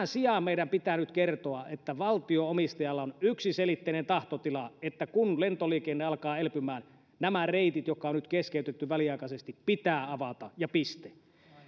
sijaan meidän pitää nyt kertoa että valtio omistajalla on yksiselitteinen tahtotila että kun lentoliikenne alkaa elpymään nämä reitit jotka on nyt keskeytetty väliaikaisesti pitää avata ja piste